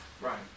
right